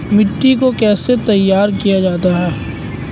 मिट्टी को कैसे तैयार किया जाता है?